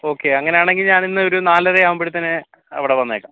okay അങ്ങനെയാണെങ്കിൽ ഞാൻ ഇന്നൊരു നാലരയാവുമ്പഴത്തേന് അവിടെ വന്നേക്കാം